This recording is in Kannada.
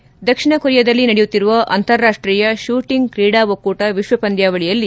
ಕ್ರೀಡೆದಕ್ಷಿಣ ಕೊರಿಯಾದಲ್ಲಿ ನಡೆಯುತ್ತಿರುವ ಅಂತಾರಾಷ್ವೀಯ ಶೂಟಿಂಗ್ ಕ್ರೀಡಾ ಒಕ್ಕೂಟ ವಿಶ್ವ ಪಂದ್ಯಾವಳಿಯಲ್ಲಿ